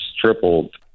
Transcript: tripled